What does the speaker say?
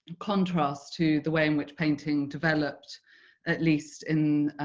contrast to the way in which painting developed at least in